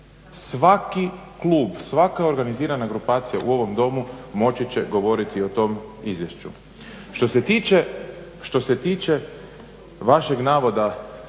Svaki klub, svaka organizirana grupacija u ovom Domu moći će govoriti o tom izvješću. Što se tiče, što